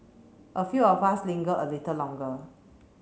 a few of us lingered a little longer